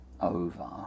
over